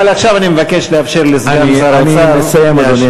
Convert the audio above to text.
אבל עכשיו אני מבקש לאפשר לסגן שר האוצר להשיב.